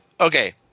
Okay